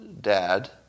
dad